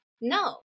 no